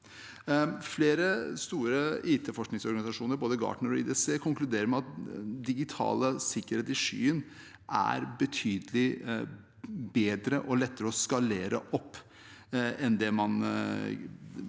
Flere store IT-forskningsorganisasjoner, både Gartner og IDC, konkluderer med at den digitale sikkerheten i skyen er betydelig bedre og lettere å skalere opp med flere